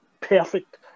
perfect